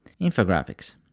Infographics